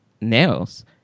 nails